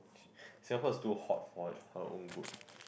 Singapore is too hot for her own good